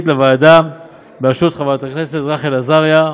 לוועדה בראשות חברת הכנסת רחל עזריה,